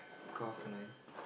cut off line